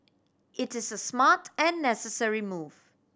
it is a smart and necessary move